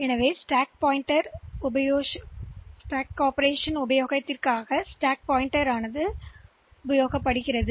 எனவே இந்த அடுக்கு செயல்பாட்டிற்கு பயன்படுத்தப்படும் ஒரு சிறப்பு ரெஜிஸ்டர்அழைப்பு அடுக்கு சுட்டிக்காட்டி உள்ளது